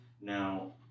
Now